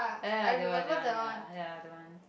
ya that one that one ya ya that one